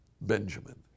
Benjamin